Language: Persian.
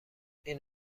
این